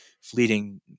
fleeting